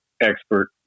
expert